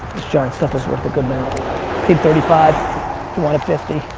this giants stuff is worth a good paid thirty five, he wanted fifty,